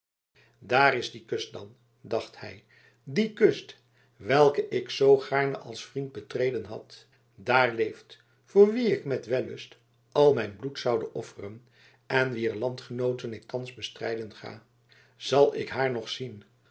daar is die kust dan dacht hij die kust welke ik zoo gaarne als vriend betreden had daar leeft voor wie ik met wellust al mijn bloed zoude offeren en wier landgenooten ik thans bestrijden ga zal ik haar nog zien